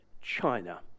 China